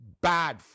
bad